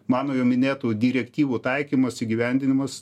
mano jau minėtų direktyvų taikymas įgyvendinimas